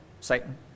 Satan